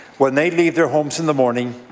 when they leave their homes in the morning,